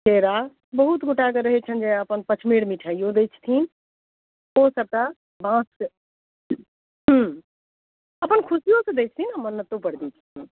केरा बहुत गोटाके रहै छनि जे अपन पचमेर मिठाइओ दै छथिन ओ सबटा बाँस अपन खुशिओसँ दै छथिन आओर मन्नतोपर दै छथिन